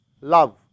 Love